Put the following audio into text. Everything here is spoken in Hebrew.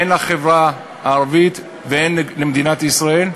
הן לחברה הערבית והן למדינת ישראל,